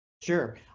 Sure